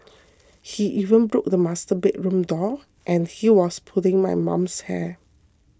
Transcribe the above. he even broke the master bedroom door and he was pulling my mum's hair